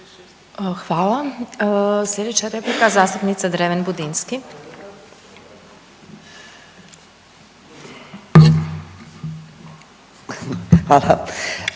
Hvala. Sljedeća replika zastupnica Dreven Budinski.